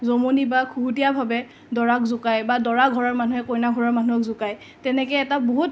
জমনি বা খুহুটিয়াভাৱে দৰাক জোকাই বা দৰা ঘৰৰ মানুহে কইনা ঘৰৰ মানুহক জোকাই তেনেকৈ এটা বহুত